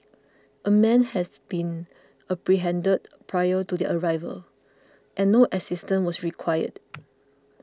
a man has been apprehended prior to their arrival and no assistance was required